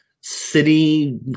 City